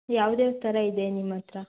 ಯಾವ್ದ್ಯಾವ್ದು ಥರ ಇದೆ ನಿಮ್ಮ ಹತ್ರ